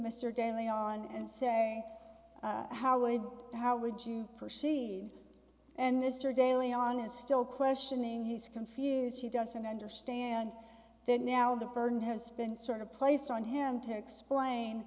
mr daly on and say how would you how would you proceed and mr daly on a still questioning he's confused she doesn't understand that now the burden has been sort of placed on him to explain